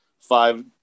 five